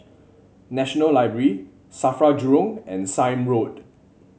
National Library Safra Jurong and Sime Road